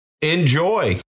enjoy